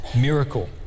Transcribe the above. miracle